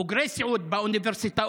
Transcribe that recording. עם בוגרי סיעוד באוניברסיטאות